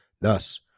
Thus